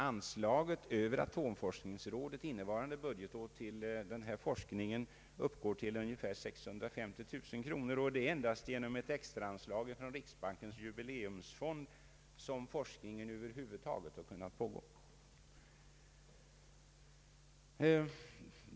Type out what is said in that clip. Anslaget för innevarande budgetår till denna forskning uppgick till ungefär 650 000 kronor, och endast genom ett extraanslag från riksbankens jubi leumsfond har forskningen över huvud taget kunnat pågå.